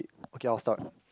okay I'll start